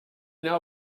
know